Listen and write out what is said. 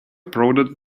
prodded